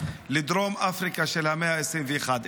לדרום אפריקה של המאה ה-21.